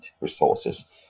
resources